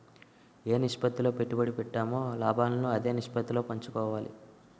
ఏ నిష్పత్తిలో పెట్టుబడి పెట్టామో లాభాలను అదే నిష్పత్తిలో పంచుకోవాలి